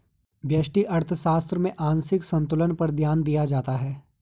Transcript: व्यष्टि अर्थशास्त्र में आंशिक संतुलन पर ध्यान दिया जाता है